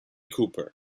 cooper